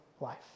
life